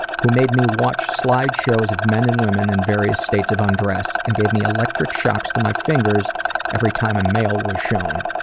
who made me watch slide shows of men and women in various states of undress. and gave me electric shocks to my fingers every time a male was shown.